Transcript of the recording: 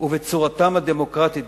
ובצורתם הדמוקרטית,